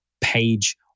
page